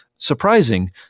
surprising